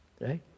Right